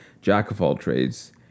jack-of-all-trades